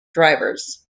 drivers